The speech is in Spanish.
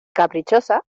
caprichosa